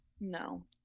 No